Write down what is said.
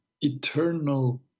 eternal